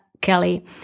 Kelly